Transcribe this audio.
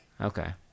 Okay